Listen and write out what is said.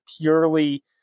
purely